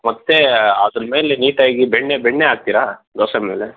ಮತ್ತೆ ಅದ್ರ ಮೇಲೆ ನೀಟಾಗಿ ಬೆಣ್ಣೆ ಬೆಣ್ಣೆ ಹಾಕ್ತಿರಾ ದೋಸೆ ಮೇಲೆ